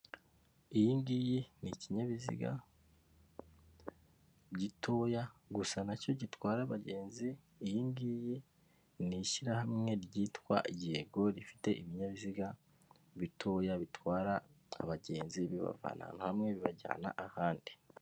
Iyingiyi ni ikinyabiziga gitoya gusa nacyo gitwara abagenzi, iyi ngiyi ni ishyirahamwe ryitwa yego rifite ibinyabiziga bitoya bitwara abagenzi bibavana hamwe bibajyana ahandi.